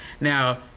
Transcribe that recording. Now